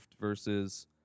versus